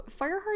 Fireheart